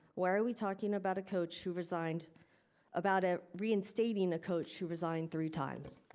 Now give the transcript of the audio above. where are we talking about a coach who resigned about ah reinstating a coach who resigned three times?